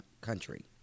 country